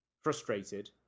frustrated